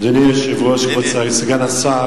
אדוני היושב-ראש, כבוד סגן השר,